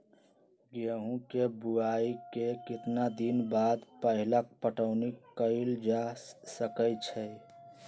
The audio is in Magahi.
गेंहू के बोआई के केतना दिन बाद पहिला पटौनी कैल जा सकैछि?